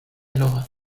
loja